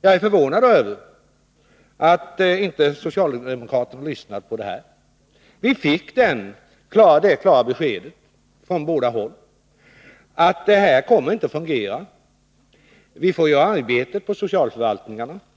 Jag är förvånad över att socialdemokraterna inte lyssnade på vad man sade där. Vi fick det klara beskedet från båda hållen att det här systemet inte kommer att fungera. Vi får göra arbetet på socialförvaltningen, menade man.